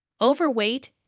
Overweight